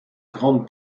grande